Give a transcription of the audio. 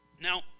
Now